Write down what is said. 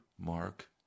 Mark